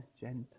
gentle